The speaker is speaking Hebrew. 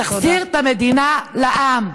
תחזיר את המדינה לעם.